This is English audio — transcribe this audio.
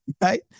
right